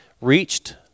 reached